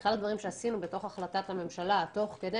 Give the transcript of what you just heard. אחד הדברים שעשינו בתוך החלטת הממשלה תוך כדי